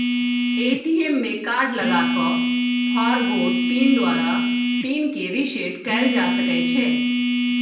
ATM में card लगा कऽ फ़ॉरगोट पिन द्वारा पिन के रिसेट कएल जा सकै छै